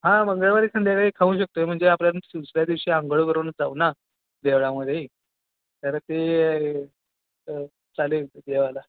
हा मंगळवारी संध्याकाळी खाऊ शकतो आहे म्हणजे आपल्या दुसऱ्या दिवशी अंघोळ करून जाऊ ना देवळामध्ये तर ते चालेल देवाला